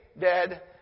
dead